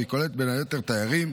והן כוללות בין היתר תיירים,